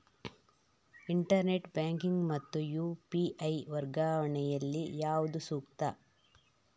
Internet banking ಮತ್ತು UPI ವರ್ಗಾವಣೆ ಯಲ್ಲಿ ಯಾವುದು ಸೂಕ್ತ?